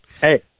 Hey